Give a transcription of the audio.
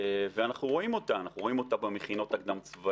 ואנחנו רואים אותה אנחנו רואים אותה במכינות הקדם-צבאיות.